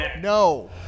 No